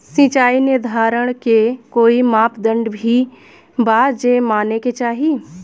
सिचाई निर्धारण के कोई मापदंड भी बा जे माने के चाही?